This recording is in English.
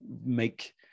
make